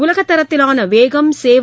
உலகத்தரத்திலான வேகம் சேவை